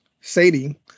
Sadie